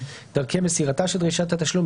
דרכי מסירתה של דרישת התשלום,